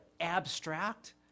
abstract